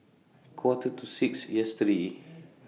Quarter to six yesterday